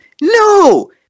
no